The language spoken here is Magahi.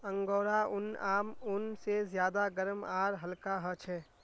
अंगोरा ऊन आम ऊन से ज्यादा गर्म आर हल्का ह छे